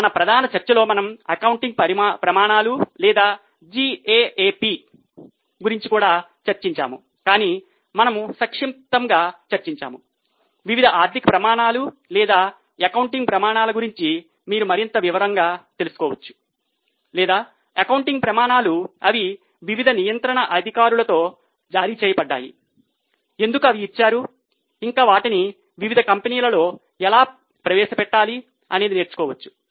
మన ప్రధాన చర్చలో మనము అకౌంటింగ్ ప్రమాణాలు లేదా GAAP గురించి కూడా చర్చించాము కాని మనము సంక్షిప్తంగా చర్చించాము వివిధ ఆర్థిక ప్రమాణాలు లేదా అకౌంటింగ్ ప్రమాణాల గురించి మీరు మరింత వివరంగా తెలుసుకోవచ్చు లేదా అకౌంటింగ్ ప్రమాణాలు అవి వివిధ నియంత్రణ అధికారులతో జారీ చేయబడ్డాయి ఎందుకు అవి ఇచ్చారు ఇంకా వాటిని వివిధ కంపెనీలలో ఎలా ప్రవేశ పెట్టాలి నేర్చుకోవచ్చు